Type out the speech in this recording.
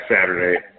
Saturday